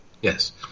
Yes